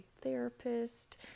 therapist